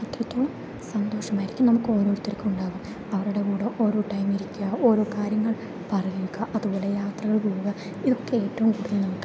അത്രത്തോളം സന്തോഷമായിരിക്കും നമുക്ക് ഓരോരുത്തർക്കും ഉണ്ടാകുക അവരുടെ കൂടെ ഓരോ ടൈം ഇരിക്കുക ഓരോ കാര്യങ്ങൾ പറയുക അതുപോലെ യാത്രകൾ പോകുക ഇതൊക്കെ ഏറ്റവും കൂടുതൽ നമുക്ക്